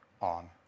on